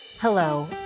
Hello